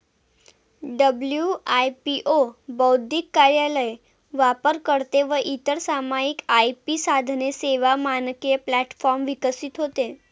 WIPO बौद्धिक कार्यालय, वापरकर्ते व इतर सामायिक आय.पी साधने, सेवा, मानके प्लॅटफॉर्म विकसित होते